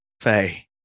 Faye